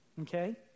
Okay